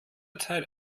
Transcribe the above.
teil